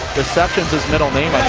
deceptions' his middle name, i